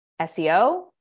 SEO